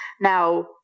Now